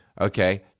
Okay